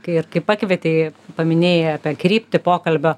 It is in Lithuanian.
kai ir kai pakvietei paminėjai apie kryptį pokalbio